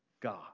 God